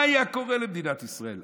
מה היה קורה למדינת ישראל?